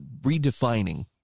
redefining